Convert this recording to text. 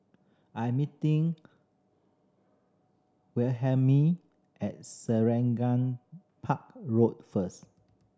I am meeting Wilhelmine at Selarang Park Road first